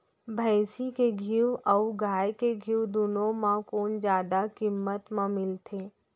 भैंसी के घीव अऊ गाय के घीव दूनो म कोन जादा किम्मत म मिलथे?